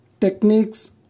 techniques